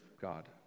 God